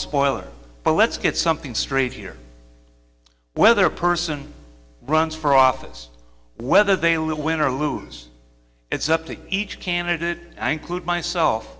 spoiler but let's get something straight here whether a person runs for office whether they will win or lose it's up to each candidate i include myself